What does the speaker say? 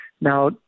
Now